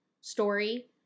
story